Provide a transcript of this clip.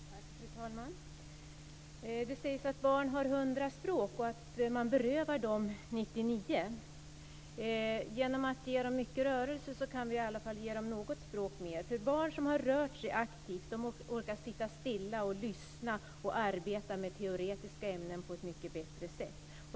Fru talman! Det sägs att barn har 100 språk och att man berövar dem 99. Genom att ge dem mycket rörelser kan vi ge dem något språk mer. Barn som har rört sig aktivt orkar sitta stilla och lyssna och arbeta med teoretiska ämnen på ett bättre sätt.